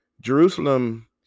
jerusalem